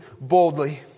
boldly